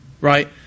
right